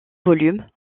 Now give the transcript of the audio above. volume